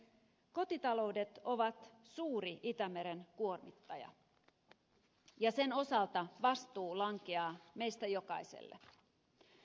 kotitaloudet ovat suuri itämeren kuormittaja ja sen osalta vastuu lankeaa meistä jokaiselle